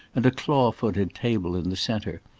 and a claw-footed table in the centre,